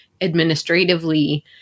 administratively